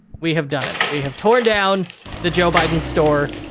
we have done it. we have torn down the joe biden store.